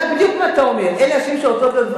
אתה יודע בדיוק מה אתה אומר: אלה נשים שרוצות להיות גברים.